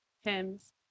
hymns